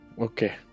Okay